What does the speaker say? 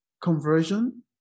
conversion